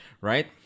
right